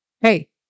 Hey